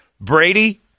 Brady